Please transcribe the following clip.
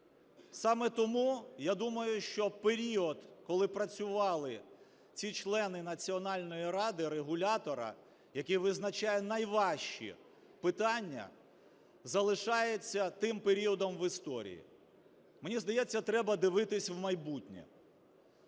Саме тому, я думаю, що період, коли працювали ці члени Національної ради - регулятора, який визначає найважчі питання, залишається тим періодом в історії. Мені здається, треба дивитись в майбутнє.